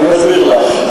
אני מסביר לך.